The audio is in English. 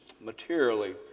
materially